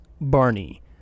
barney